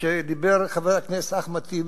כשדיבר חבר הכנסת אחמד טיבי,